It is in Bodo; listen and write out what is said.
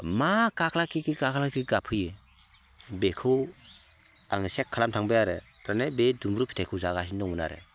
मा काक्ला किक्लि काक्ला किक्लि गाबफैयो बेखौ आङो चेक खालामनो थांबाय आरो तारमाने बे दुम्ब्रु फिथाइखौ जागासिनो दंमोन आरो